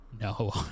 No